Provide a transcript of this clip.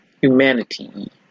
humanity